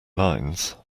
lines